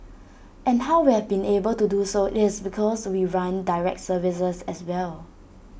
and how we have been able to do so IT is because we run direct services as well